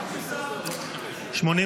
נתקבל.